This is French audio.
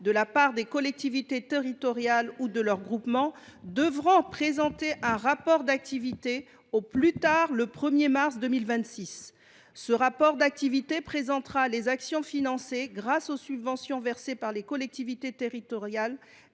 de la part des collectivités territoriales ou de leurs groupements devront établir un rapport d’activité, au plus tard le 1 mars 2026. Ce rapport présentera les actions financées grâce aux subventions versées par les collectivités territoriales